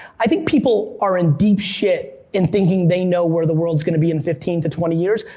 i think people are in deep shit in thinking they know where the world's gonna be in fifteen to twenty years.